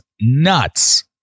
nuts